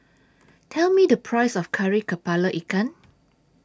Tell Me The Price of Kari Kepala Ikan